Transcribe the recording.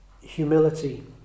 humility